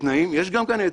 יש גם גן עדן.